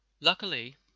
Luckily